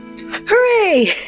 Hooray